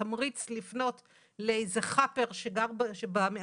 התמריץ לפנות לאיזה חאפר שבמדרכה,